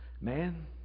Man